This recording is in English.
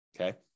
Okay